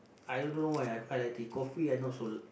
I don't know why I quite like tea coffee I not so